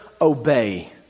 obey